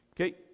Okay